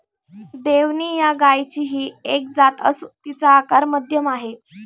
देवणी या गायचीही एक जात असून तिचा आकार मध्यम आहे